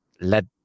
let